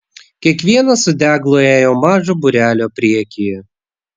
kiekvienas su deglu ėjo mažo būrelio priekyje